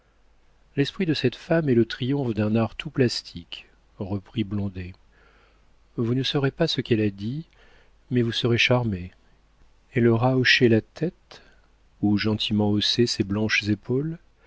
l'esprit de cette femme est le triomphe d'un art tout plastique reprit blondet vous ne saurez pas ce qu'elle a dit mais vous serez charmé elle aura hoché la tête ou gentiment haussé ses blanches épaules